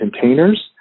containers